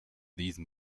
these